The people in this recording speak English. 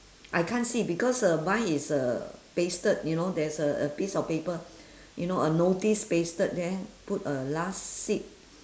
I can't see because uh mine is uh pasted you know there's a a piece of paper you know a notice pasted there put uh last seat